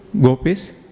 Gopis